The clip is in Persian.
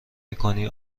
میکنی